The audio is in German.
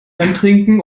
antrinken